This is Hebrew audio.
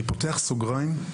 אני פותח סוגריים,